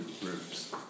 groups